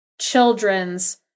children's